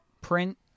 print